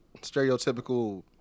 stereotypical